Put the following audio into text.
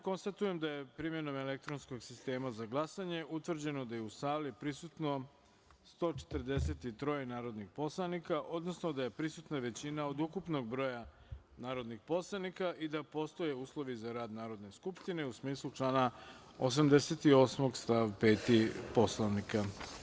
Konstatujem da je primenom elektronskog sistema za glasanje utvrđeno da su u sali prisutna 143 narodna poslanika, odnosno da je prisutna većina od ukupnog broja narodnih poslanika i da postoje uslovi za rad Narodne skupštine u smislu člana 88. stav 5. Poslovnika.